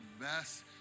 best